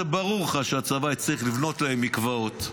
זה ברור לך שהצבא יצטרך לבנות להם מקוואות,